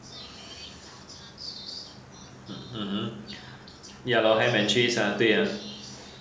ya loh ham and cheese ah 对啊